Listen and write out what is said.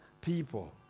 people